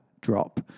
drop